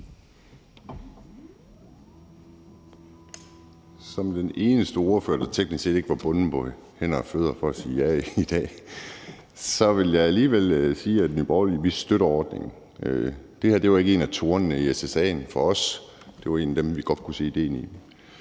Som den eneste ordfører, der teknisk set ikke er bundet på hænder og fødder til at sige ja i dag, vil jeg alligevel sige, at Nye Borgerlige støtter ordningen. Det her var ikke en af tornene i SSA'en for os; det var et af de elementer, vi godt kunne se idéen i.